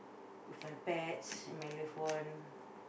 with my pets and my loved one